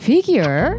Figure